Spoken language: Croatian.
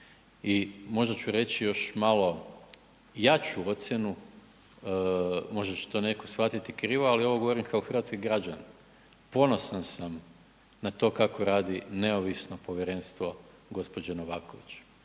I možda ću reći još malo jaču ocjenu, možda će to netko shvatiti krivo, ali govorim kao hrvatski građanin. Ponosan sam na to kako radi neovisno povjerenstvo gospođe Novaković,